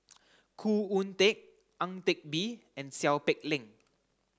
Khoo Oon Teik Ang Teck Bee and Seow Peck Leng